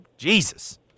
Jesus